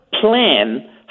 plan